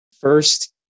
First